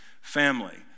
family